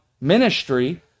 ministry